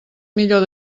millor